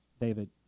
David